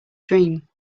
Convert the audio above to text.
dream